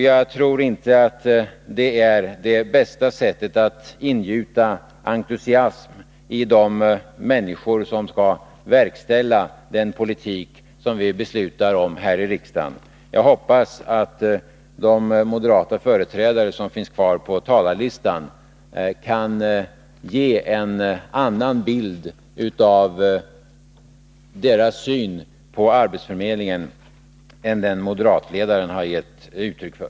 Jag tror inte att det är det bästa sättet att ingjuta entusiasm hos de människor som skall verkställa den politik som vi beslutar om här i riksdagen. Jag hoppas att de moderata företrädare som finns anmälda längre ned på talarlistan kan förmedla en annan bild av moderaternas syn på arbetsförmedlingen än den som moderatledaren har gett uttryck för.